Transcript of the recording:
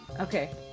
Okay